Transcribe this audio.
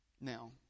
Now